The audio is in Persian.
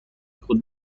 خود